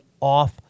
off